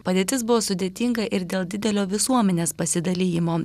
padėtis buvo sudėtinga ir dėl didelio visuomenės pasidalijimo